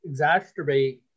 exacerbate